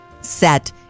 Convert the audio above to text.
set